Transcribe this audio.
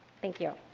thank you,